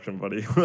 buddy